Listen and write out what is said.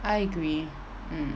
I agree